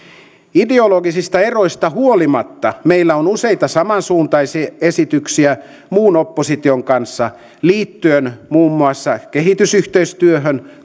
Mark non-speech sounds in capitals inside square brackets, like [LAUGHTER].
ideologisista eroista huolimatta meillä on useita samansuuntaisia esityksiä muun opposition kanssa liittyen muun muassa kehitysyhteistyöhön [UNINTELLIGIBLE]